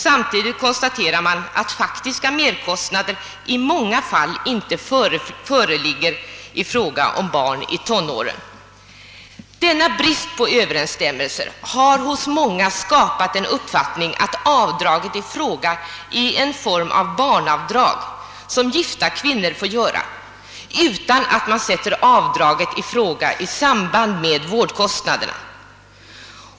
Samtidigt konstaterar man att faktiska merkostnader i många fall inte före ligger beträffande barn i tonåren. Denna brist på överensstämmelse har hos många skapat den uppfattningen, att avdraget i fråga är en form av barnavdrag som gifta kvinnor får göra utan att avdraget sättes i samband med vårdkostnaderna.